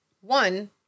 One